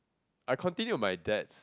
I continue my dads